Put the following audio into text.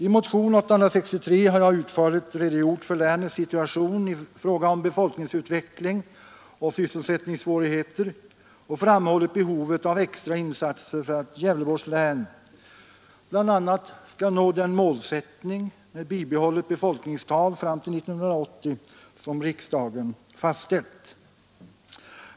I motion nr 863 har jag utförligt redogjort för länets situation i fråga om befolkningsutveckling och sysselsättningssvårigheter och framhållit behovet av extra insatser för att Gävleborgs län bl.a. skall nå den målsättning med bibehållet befolkningstal fram till 1980 som riksdagen fastställt.